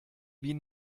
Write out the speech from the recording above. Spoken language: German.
wie